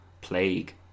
Plague